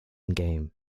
game